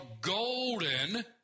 golden